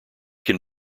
can